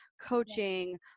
coaching